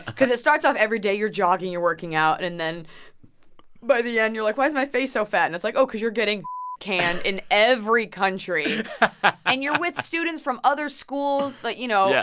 because it starts off every day, you're jogging. you're working out. and then by the end, you're like, why is my face so fat? and it's like, oh, cause you're getting canned in every country and you're with students from other schools yeah but, you know, yeah